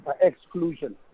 exclusion